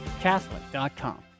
Catholic.com